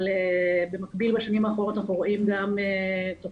אבל במקביל בשנים האחרונות אנחנו רואים גם תופעה